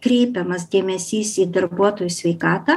kreipiamas dėmesys į darbuotojų sveikatą